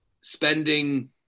spending